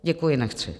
Děkuji, nechci.